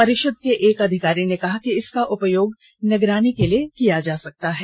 परिषद के एक अधिकारी ने कहा कि इसका उपयोग निगरानी के लिए किया जा सकता है